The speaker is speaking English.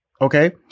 Okay